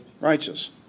Righteous